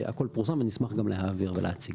הכל פורסם ונשמח גם להעביר ולהציג.